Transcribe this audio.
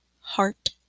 heart